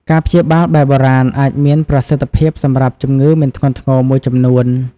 ការព្យាបាលបែបបុរាណអាចមានប្រសិទ្ធភាពសម្រាប់ជំងឺមិនធ្ងន់ធ្ងរមួយចំនួន។